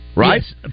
Right